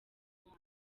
imana